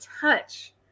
touch